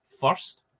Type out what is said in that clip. first